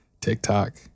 TikTok